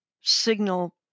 signal